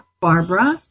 Barbara